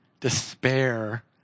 despair